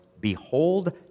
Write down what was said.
behold